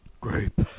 Grape